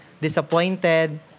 disappointed